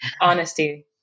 Honesty